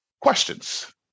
questions